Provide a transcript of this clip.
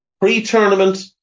Pre-tournament